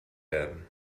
werden